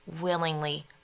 willingly